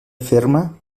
ferma